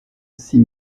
six